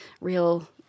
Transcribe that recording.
real